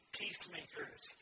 peacemakers